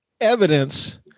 evidence